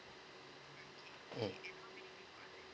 mm